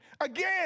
Again